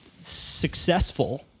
successful